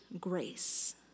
grace